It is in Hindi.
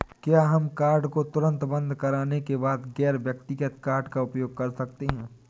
क्या हम कार्ड को तुरंत बंद करने के बाद गैर व्यक्तिगत कार्ड का उपयोग कर सकते हैं?